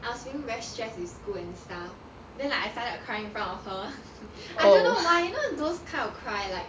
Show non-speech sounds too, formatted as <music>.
I was feeling very stress in school and stuff then I started crying in front of her <laughs> I don't know why you know those kind of cry like